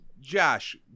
Josh